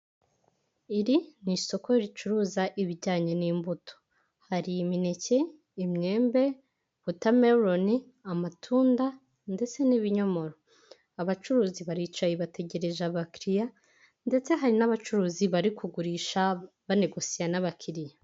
Iri n’ isoko ricuruza ibijyanye n'imbuto hari imineke, imyembe, watermelon, amatunda ndetse n'ibinyomoro abacuruzi baricaye bategereje abakiriya ndetse hari n'abacuruzi bari kugurisha banegosiya n'abakiriya.